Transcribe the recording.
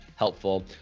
helpful